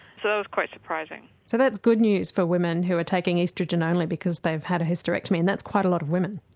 so it was quite surprising. so that's good news for women who are taking oestrogen only because they've had a hysterectomy and that's quite a lot of women?